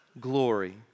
glory